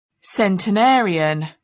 centenarian